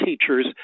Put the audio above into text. teachers